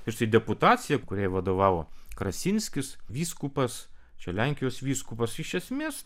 ir štai deputacija kuriai vadovavo krasinskis vyskupas čia lenkijos vyskupas iš esmės